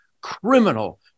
criminal